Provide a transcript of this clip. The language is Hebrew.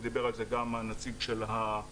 ודיבר על זה גם הנציג של הרלב"ד.